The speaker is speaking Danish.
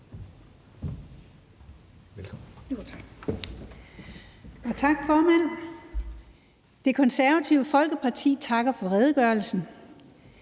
Velkommen.